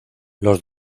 los